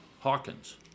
Hawkins